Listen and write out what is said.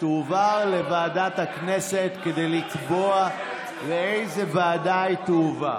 תועבר לוועדת הכנסת כדי לקבוע לאיזה ועדה היא תועבר.